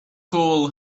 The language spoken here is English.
coal